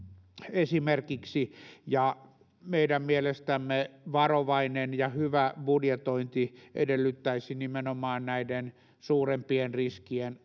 esimerkiksi ja meidän mielestämme varovainen ja hyvä budjetointi edellyttäisi nimenomaan näiden suurempien riskien